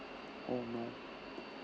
oh no